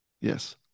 Yes